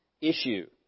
issue